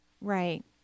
Right